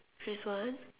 Rizwan